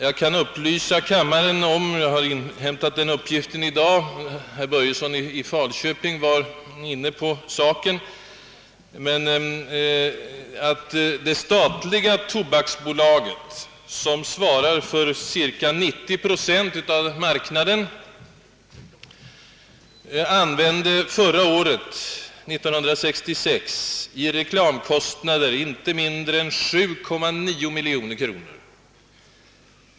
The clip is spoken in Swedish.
Jag kan upplysa kammaren om — jag har inhämtat uppgiften i dag — att det statliga tobaksbolaget, som svarar för cirka 90 procent av marknaden, under år 1966 lade ut inte mindre än 7,9 miljoner kronor i reklamkostnader.